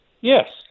Yes